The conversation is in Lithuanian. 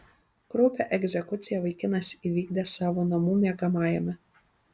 kraupią egzekuciją vaikinas įvykdė savo namų miegamajame